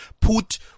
put